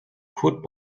curt